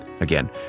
Again